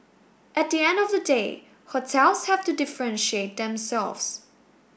at the end of the day hotels have to differentiate themselves